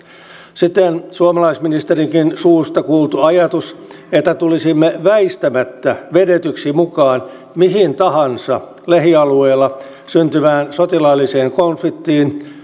siten suomalaisministerinkin suusta kuultu ajatus että tulisimme väistämättä vedetyksi mukaan mihin tahansa lähialueella syntyvään sotilaalliseen konfliktiin